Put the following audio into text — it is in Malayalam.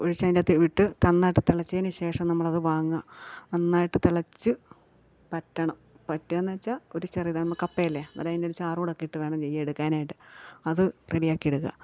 ഒഴിച്ചതിന്റെ അകത്ത് ഇട്ട് നന്നായിട്ട് തിളച്ചതിന് ശേഷം നമ്മളത് വാങ്ങാ നന്നായിട്ട് തിളച്ച് വറ്റണം വറ്റുവാന്ന് വെച്ചാൽ ഒരു ചെറുത് നമ്മൾ കപ്പയല്ലേ നിറയെ അതിൻ്റെ ചാറോടൊക്കെയിട്ട് വേണം ചെയ്തെടുക്കാനായിട്ട് അത് റെഡിയാക്കിയെടുക്കുക